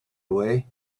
away